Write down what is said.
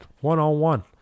one-on-one